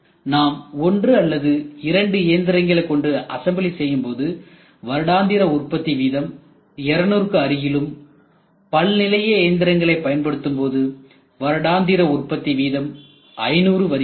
நாம் ஒன்று அல்லது இரண்டு எந்திரங்களை கொண்டு அசம்பிளி செய்யும்போது வருடாந்திர உற்பத்தி வீதம் 200க்கு அருகிலும் பல்நிலையஎந்திரங்களை பயன்படுத்தும்போது வருடாந்திர உற்பத்தி வீதம் 500 வருகிறது